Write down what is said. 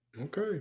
Okay